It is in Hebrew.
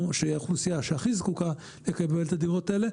האוכלוסייה שהיא הכי זקוקה לקבל את הדירות האלה,